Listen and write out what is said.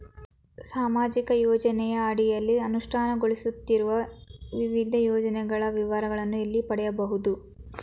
ಸಾಮಾಜಿಕ ಯೋಜನೆಯ ಅಡಿಯಲ್ಲಿ ಅನುಷ್ಠಾನಗೊಳಿಸುತ್ತಿರುವ ವಿವಿಧ ಯೋಜನೆಗಳ ವಿವರಗಳನ್ನು ಎಲ್ಲಿ ಪಡೆಯಬಹುದು?